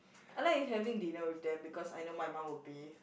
I like having dinner with them because I know my mum would be